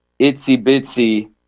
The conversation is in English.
itsy-bitsy